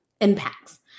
impacts